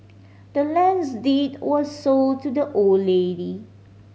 the land's deed was sold to the old lady